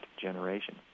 generation